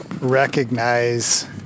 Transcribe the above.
recognize